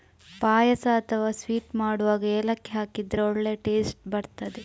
ಪಾಯಸ ಅಥವಾ ಸ್ವೀಟ್ ಮಾಡುವಾಗ ಏಲಕ್ಕಿ ಹಾಕಿದ್ರೆ ಒಳ್ಳೇ ಟೇಸ್ಟ್ ಬರ್ತದೆ